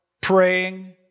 praying